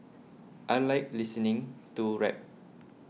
I like listening to rap